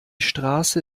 straße